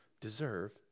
deserve